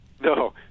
No